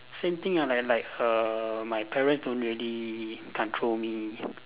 same thing ah like like err my parents don't really control me